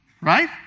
right